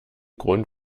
grund